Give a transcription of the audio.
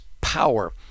power